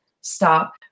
Stop